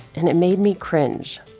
and it made me cringe.